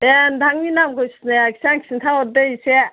दे नोंथांनि नामखौ सिनायाखैसां खिन्थाहरदो एसे